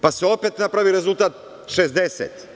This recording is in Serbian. Pa se opet napravi rezultat 60.